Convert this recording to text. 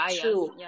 true